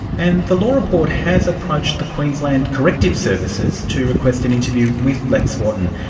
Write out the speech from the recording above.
and the law report has approached the queensland corrective services to request an interview with lex wotton.